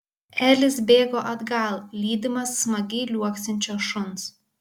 elis bėgo atgal lydimas smagiai liuoksinčio šuns